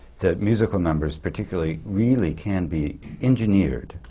that musical numbers particularly really can be engineered.